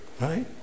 Right